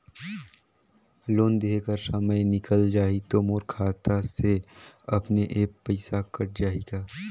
Loan देहे कर समय निकल जाही तो मोर खाता से अपने एप्प पइसा कट जाही का?